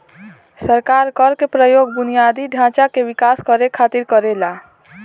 सरकार कर के प्रयोग बुनियादी ढांचा के विकास करे खातिर करेला